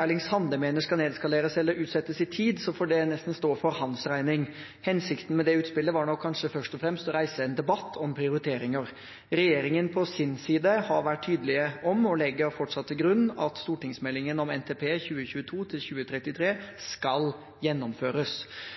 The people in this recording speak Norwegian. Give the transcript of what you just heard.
Erling Sande mener skal nedskaleres eller utsettes i tid, får det nesten stå for hans regning. Hensikten med det utspillet var nok kanskje først og fremst å reise en debatt om prioriteringer. Regjeringen har på sin side vært tydelig på og legger fortsatt til grunn at stortingsmeldingen om NTP 2022–2033 skal gjennomføres.